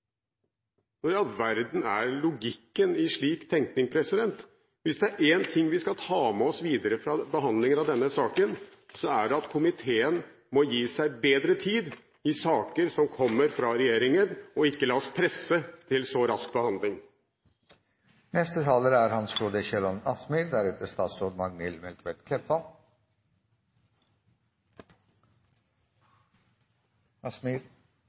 verden er logikken i en slik tenkning? Hvis det er én ting vi skal ta med oss videre fra behandlingen av denne saken, er det at komiteen må gi seg bedre tid i saker som kommer fra regjeringen, og ikke la seg presse til så rask behandling.